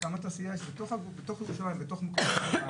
תקן שהוא חוסה תחת תקני מועצה.